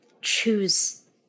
choose